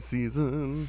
Season